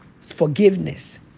forgiveness